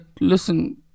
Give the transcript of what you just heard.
listen